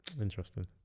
Interesting